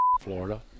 Florida